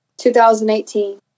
2018